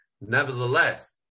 Nevertheless